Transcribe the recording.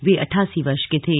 वे अठासी वर्ष के थे